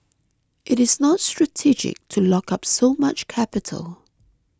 it is not strategic to lock up so much capital